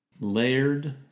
layered